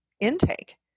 intake